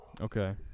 Okay